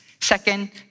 Second